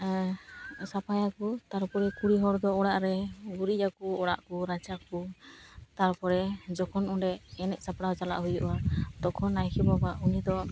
ᱦᱮᱸ ᱥᱟᱯᱷᱟᱭᱟᱠᱚ ᱛᱟᱨᱯᱚᱨᱮ ᱠᱩᱲᱤ ᱦᱚᱲ ᱫᱚ ᱚᱲᱟᱜ ᱨᱮ ᱜᱩᱨᱤᱡᱟᱠᱚ ᱚᱲᱟᱜ ᱠᱚ ᱨᱟᱪᱟ ᱠᱚ ᱛᱟᱨᱯᱚᱨᱮ ᱡᱚᱠᱷᱚᱱ ᱚᱸᱰᱮ ᱮᱱᱮᱡ ᱥᱟᱯᱲᱟᱣ ᱪᱟᱞᱟᱜ ᱦᱩᱭᱩᱜᱼᱟ ᱛᱚᱠᱷᱚᱱ ᱱᱟᱭᱠᱮ ᱵᱟᱵᱟ ᱩᱱᱤ ᱫᱚ